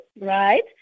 right